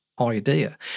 idea